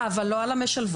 אבל על לא המשלבות.